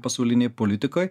pasaulinėj politikoj